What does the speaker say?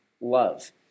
love